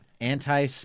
Anti